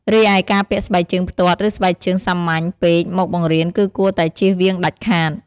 រីឯការពាក់ស្បែកជើងផ្ទាត់ ឬ ស្បែកជើងសាមញ្ញពេកមកបង្រៀនគឺគួរតែចៀសវាងដាច់ខាត។